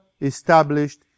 established